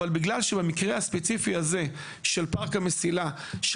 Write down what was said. אבל בגלל שבמקרה הספציפי הזה של פארק המסילה זה